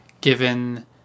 given